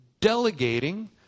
delegating